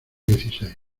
dieciséis